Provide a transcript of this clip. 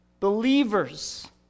Believers